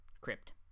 crypt